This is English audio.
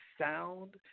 sound